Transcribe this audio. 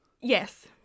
Yes